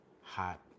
Hot